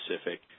specific